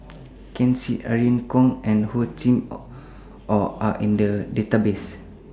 Ken Seet Irene Khong and Hor Chim Or Are in The Database